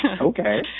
Okay